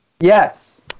Yes